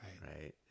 Right